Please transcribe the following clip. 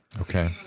Okay